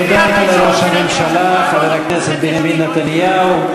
תודה לראש הממשלה, חבר הכנסת בנימין נתניהו.